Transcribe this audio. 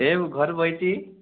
ଏଇ ମୁଁ ଘରେ ବସିଛି